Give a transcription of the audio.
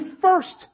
first